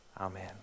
amen